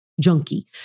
Junkie